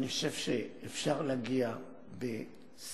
אני חושב שאפשר להגיע בשיחות